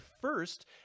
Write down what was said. first